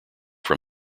from